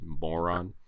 moron